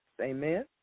Amen